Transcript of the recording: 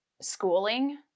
schooling